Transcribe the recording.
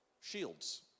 shields